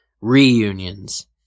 reunions